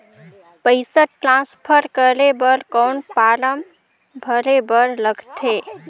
पईसा ट्रांसफर करे बर कौन फारम भरे बर लगथे?